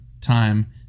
time